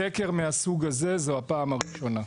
סקר מהסוג הזה - זו הפעם הראשונה.